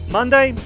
Monday